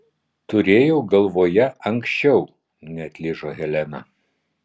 turėjau galvoje anksčiau neatlyžo helena